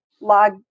log